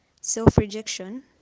self-rejection